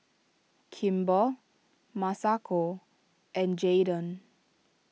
Kimber Masako and Jaeden